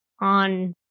on